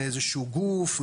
מאיזשהו גוף,